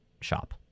shop